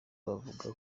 bavuga